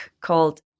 called